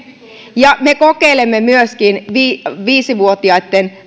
ja me kokeilemme myöskin viisi viisi vuotiaitten